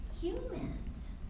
humans